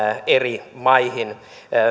eri maihin